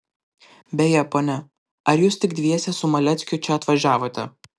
beje ponia ar jūs tik dviese su maleckiu čia atvažiavote